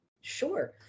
Sure